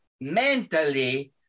mentally